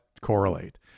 correlate